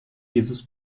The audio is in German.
dieses